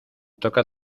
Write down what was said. toca